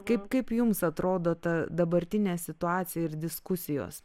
kaip kaip jums atrodo ta dabartinė situacija ir diskusijos